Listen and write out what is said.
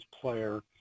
player